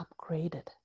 upgraded